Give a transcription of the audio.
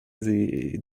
sie